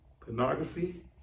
Pornography